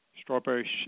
Strawberry